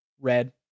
Red